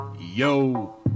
Yo